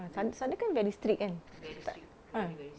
kat sana sana kan very strict kan like uh